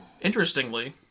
Interestingly